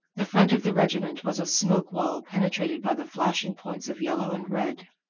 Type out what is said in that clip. the front of the regiment was a smoke-wall penetrated by the flashing points of yellow and red.